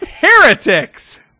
Heretics